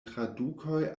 tradukoj